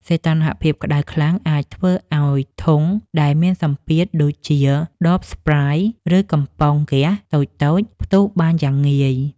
សីតុណ្ហភាពក្តៅខ្លាំងអាចធ្វើឱ្យធុងដែលមានសម្ពាធដូចជាដបស្ព្រៃយ៍ ឬកំប៉ុងហ្គាសតូចៗផ្ទុះបានយ៉ាងងាយ។